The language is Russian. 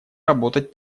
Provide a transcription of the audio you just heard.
работать